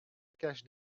cachent